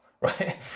Right